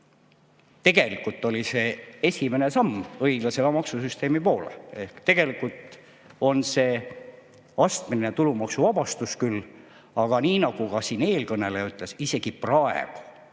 Tegelikult oli see esimene samm õiglasema maksusüsteemi poole. See on astmeline tulumaksuvabastus küll, aga nii nagu ka eelkõneleja ütles, praegu